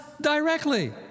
directly